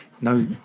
no